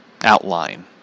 outline